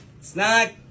Snack